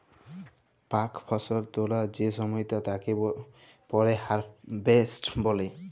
পাক ফসল তোলা যে সময়টা তাকে পরে হারভেস্ট বলে